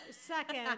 second